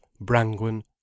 Brangwen